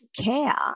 care